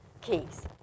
keys